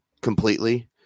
Completely